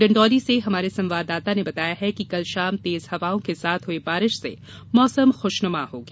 डिण्डोरी से हमारे संवाददाता ने बताया है कि कल शाम तेज हवाओं के साथ हुई बारिश से मौसम खुशनुमा हो गया